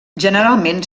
generalment